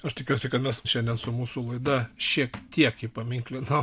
aš tikiuosi kad mes šiandien su mūsų laida šiek tiek įpaminklinom